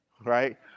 Right